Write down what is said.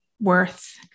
worth